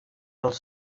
els